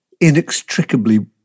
inextricably